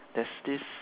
there's this